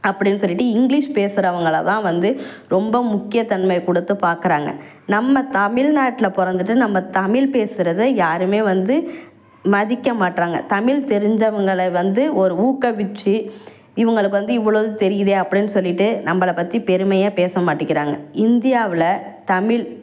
அப்படின்னு சொல்லிட்டு இங்கிலிஷ் பேசுகிறவங்கள தான் வந்து ரொம்ப முக்கிய தன்மை கொடுத்து பார்க்குறாங்க நம்ம தமிழ்நாட்டில பிறந்துட்டு நம்ம தமிழ் பேசுகிறத யாருமே வந்து மதிக்க மாட்டேறாங்க தமிழ் தெரிஞ்சவங்களை வந்து ஒரு ஊக்கவிச்சு இவங்களுக்கு வந்து இவ்வளோ தெரியுதே அப்படின்னு சொல்லிட்டு நம்மளை பற்றி பெருமையாக பேச மாட்டிங்கிறாங்க இந்தியாவில் தமிழ்